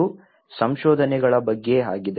ಇದು ಸಂಶೋಧನೆಗಳ ಬಗ್ಗೆ ಆಗಿದೆ